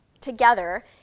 together